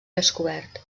descobert